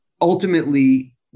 ultimately